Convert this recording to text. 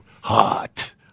hot